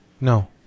no